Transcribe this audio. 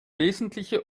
wesentliche